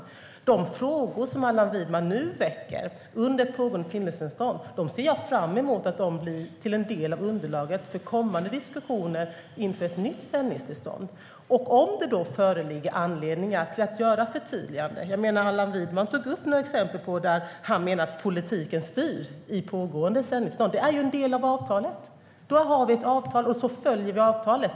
Jag ser fram emot att de frågor Allan Widman nu väcker under pågående sändningstillstånd blir en del av underlaget för kommande diskussioner inför ett nytt sändningstillstånd, om det föreligger anledning att göra ett förtydligande. Allan Widman tog upp några exempel på fall där han menar att politiken styr i pågående sändningstillstånd. Det är ju en del av avtalet. Då har vi ett avtal, och så följer vi det.